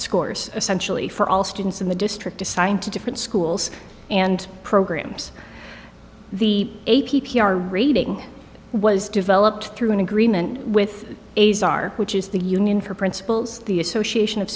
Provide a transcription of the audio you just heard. scores essentially for all students in the district assigned to different schools and programs the a p p r rating was developed through an agreement with a czar which is the union for principals the association of